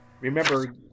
remember